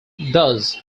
thus